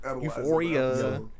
Euphoria